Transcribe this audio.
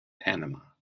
panama